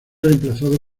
reemplazado